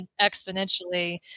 exponentially